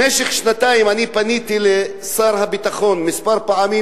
במשך שנתיים אני פניתי לשר הביטחון כמה פעמים